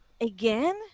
again